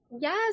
Yes